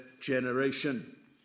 generation